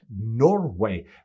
Norway